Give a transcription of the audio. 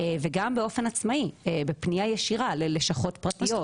וגם באופן עצמאי בפנייה ישירה ללשכות פרטיות.